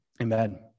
Amen